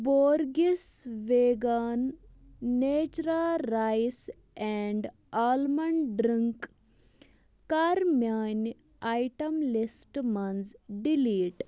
بورگِس vegan natural rice and almond drink کَر میانہِ item لسٹہٕ منٛز ڈِلیٖٹ